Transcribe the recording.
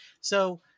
So-